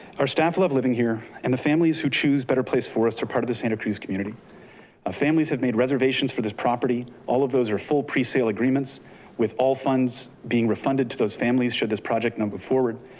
our staff love living here and the families who choose better place forests are part of the santa cruz community ah families have made reservations for this property. all of those are full presale agreements with all funds being refunded to those families should this project not move but forward.